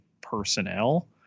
personnel